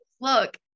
look